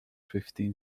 fifteen